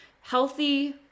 healthy